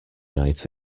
night